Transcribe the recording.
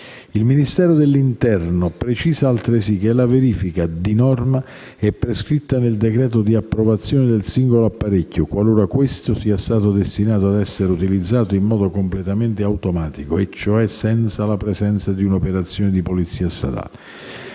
Il Ministero dell'interno precisa altresì che la verifica, di norma, è prescritta nel decreto di approvazione del singolo apparecchio, qualora questo sia destinato ad essere utilizzato in modo completamente automatico, cioè senza la presenza di un operatore di polizia stradale.